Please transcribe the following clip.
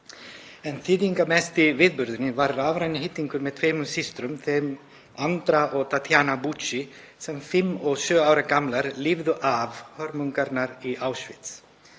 En þýðingarmesti viðburðurinn var rafrænn hittingur með tveimur systrum, þeim Andra og Tatiana Bucci sem fimm og sjö ára gamlar lifðu af hörmungarnar í Auschwitz.